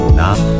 now